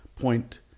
Point